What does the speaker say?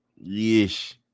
Yes